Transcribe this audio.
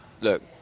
look